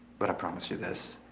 but i promise you this.